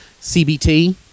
CBT